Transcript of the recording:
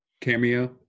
cameo